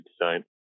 design